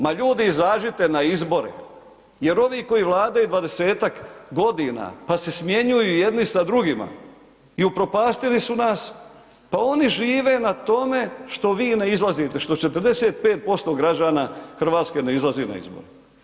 Ma ljudi izađite na izbore, jer ovi koji vladaju 20-tak godina pa se smjenjuju jedni sa drugima, i upropastili su nas, pa oni žive na tome, što vi ne izlazite što 45% građana Hrvatske ne izlazi na izbore.